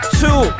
two